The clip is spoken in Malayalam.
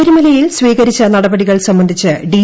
ശബരിമലയിൽ സ്വീകരിച്ച നടപടികൾ സംബന്ധിച്ച് ഡി